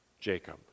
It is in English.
Jacob